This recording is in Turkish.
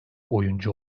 oyuncu